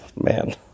Man